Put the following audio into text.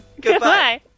Goodbye